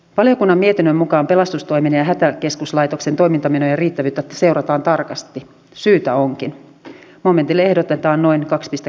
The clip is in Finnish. mutta arvoisa ministeri näettekö että tullin toiminta pystytään ylläpitämään sillä korkealla tasolla jota siltä tällä hetkellä odotetaan